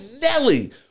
Nelly